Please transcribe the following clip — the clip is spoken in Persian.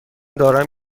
دارم